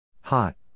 Hot